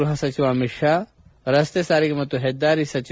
ಗೃಹ ಸಚಿವ ಅಮಿತ್ ಶಾ ರಸ್ತೆ ಸಾರಿಗೆ ಮತ್ತು ಹೆದ್ದಾರಿ ಹಾಗೂ ಎಂ